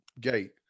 gate